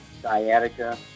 sciatica